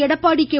Edappadi K